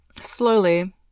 slowly